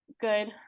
good